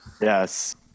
Yes